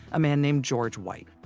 a man named george white.